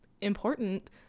important